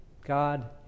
God